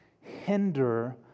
hinder